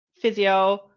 physio